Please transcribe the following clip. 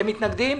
אתם מתנגדים?